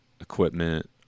equipment